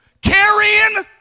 carrying